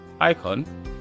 icon